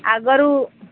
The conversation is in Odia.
ଆଗରୁ